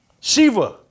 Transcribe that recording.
Shiva